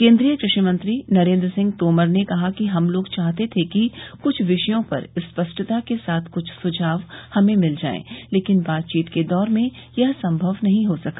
केंद्रीय क षि मंत्री नरेंद्र सिंह तोमर ने कहा कि हम लोग चाहते थे कि कुछ विषयों पर स्पष्टता से कुछ सुझाव हमें मिल जाए लेकिन बातचीत के दौर में यह संभव नहीं हो सका